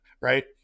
Right